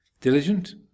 diligent